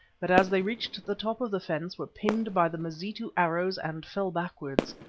but as they reached the top of the fence were pinned by the mazitu arrows and fell backwards,